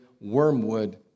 wormwood